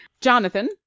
Jonathan